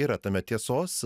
yra tame tiesos